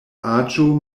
aĝo